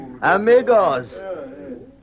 Amigos